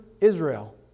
Israel